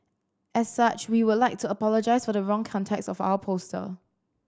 as such we would like to apologise for the wrong context of our poster